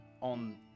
on